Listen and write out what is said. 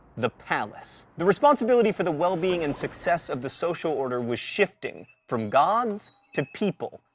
the palace. the responsibility for the well-being and success of the social order was shifting from gods to people,